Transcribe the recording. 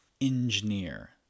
engineer